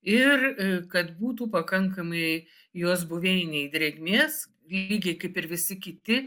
ir kad būtų pakankamai jos buveinėj drėgmės lygiai kaip ir visi kiti